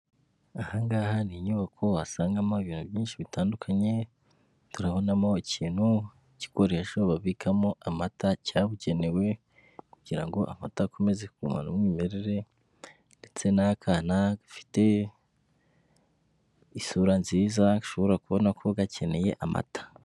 Ahangaha ni inyubako wasangamo ibintu byinshi bitandukanye turabonamo ikintu gikoresho babikamo amata cyabugenewe kugira ngo amata akomeze kugumana umwimerere ndetse n'akana gafite isura nziza ushobora kubona ko gakeneye amata.